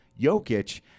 Jokic